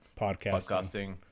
podcasting